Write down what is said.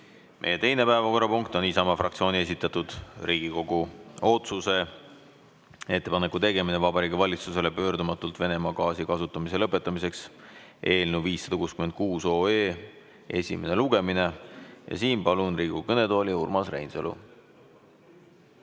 Meie teine päevakorrapunkt on Isamaa fraktsiooni esitatud Riigikogu otsuse "Ettepaneku tegemine Vabariigi Valitsusele pöördumatult Venemaa gaasi kasutamise lõpetamiseks" eelnõu (566 OE) esimene lugemine. Palun Riigikogu kõnetooli Urmas Reinsalu.